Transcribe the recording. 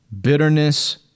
bitterness